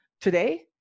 Today